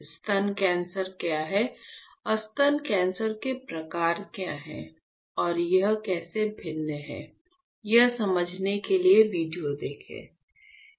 स्तन कैंसर क्या है और स्तन कैंसर के प्रकार क्या हैं और यह कैसे भिन्न है यह समझने के लिए वीडियो देखेंगे